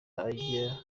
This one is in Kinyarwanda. ajya